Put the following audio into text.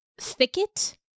thicket